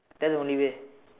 that's the only way